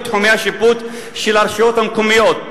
תחומי השיפוט של הרשויות המקומיות,